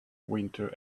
winter